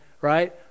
right